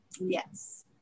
Yes